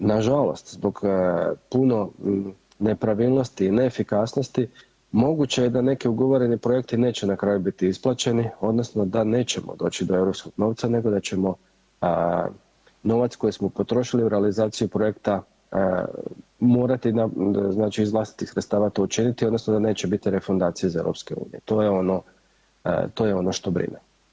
Nažalost zbog puno nepravilnosti i neefikasnosti moguće je da neki ugovoreni projekti neće na kraju biti isplaćeni odnosno da nećemo doći do europskog novca nego da ćemo novac koji smo potrošili u realizaciju projekta morati iz vlastitih sredstava to učiniti odnosno da neće biti refundacije iz EU, to je ono što brine.